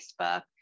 Facebook